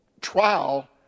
trial